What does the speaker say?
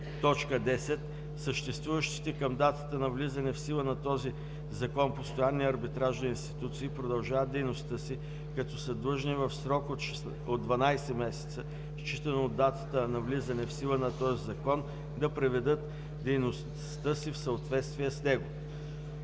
(10) Съществуващите към датата на влизане в сила на този закон постоянни арбитражни институции продължават дейността си, като са длъжни в срок от 12 месеца, считано от датата на влизане в сила на този закон, да приведат дейността си в съответствие с него.“